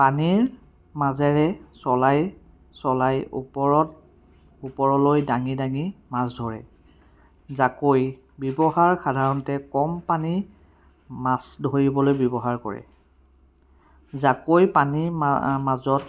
পানীৰ মাজেৰে চলাই চলাই ওপৰত ওপৰলৈ দাঙি দাঙি মাছ ধৰে জাকৈ ব্যৱহাৰ সাধাৰণতে কম পানীৰ মাছ ধৰিবলৈ ব্যৱহাৰ কৰে জাকৈ পানীৰ মাজত